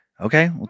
Okay